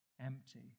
empty